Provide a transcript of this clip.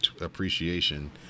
appreciation